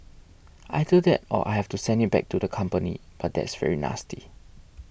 either that or I have to send it back to the company but that's very nasty